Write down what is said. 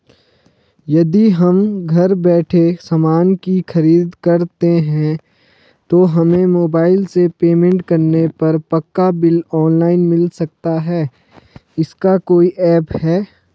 यदि हम घर बैठे सामान की खरीद करते हैं तो हमें मोबाइल से पेमेंट करने पर पक्का बिल ऑनलाइन मिल सकता है इसका कोई ऐप है